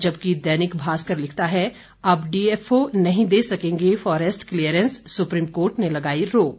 जबकि दैनिक भास्कर लिखता है अब डीएफओ नहीं दे सकेंगे फॉरेस्ट क्लीयरेंस सुप्रीम कोर्ट ने लगाई रोक